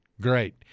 Great